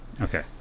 Okay